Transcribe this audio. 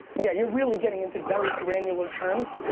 yeah, you're really getting into very granular terms.